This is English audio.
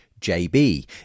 JB